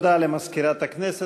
תודה למזכירת הכנסת.